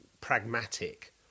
pragmatic